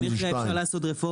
גם אם זה שתיים.